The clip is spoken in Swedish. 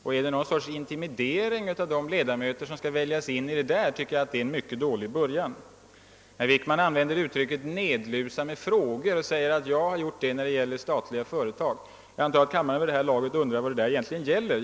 Är detta en intimidering av de ledamöter som skall väljas in, tycker jag det är en mycket dålig början. Herr Wickman sade att jag har nedlusat de statliga företagen med frågor. Jag förmodar att kammaren vid det här laget undrar vad detta egentligen gäller.